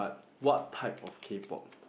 what type of K-pop